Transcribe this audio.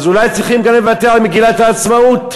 אולי צריכים גם לוותר על מגילת העצמאות.